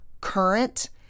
current